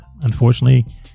Unfortunately